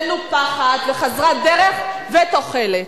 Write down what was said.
מנופחת וחסרת דרך ותוחלת.